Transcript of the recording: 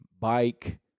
bike